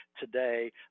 today